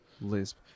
Lisp